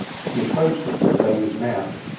she approached it to the baby's mouth.